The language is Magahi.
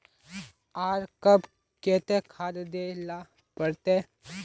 आर कब केते खाद दे ला पड़तऐ?